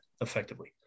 effectively